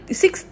six